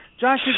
josh